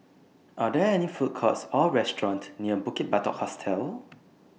Are There any Food Courts Or restaurants near Bukit Batok Hostel